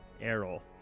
Errol